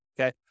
okay